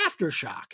Aftershock